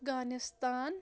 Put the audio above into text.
Afghanistan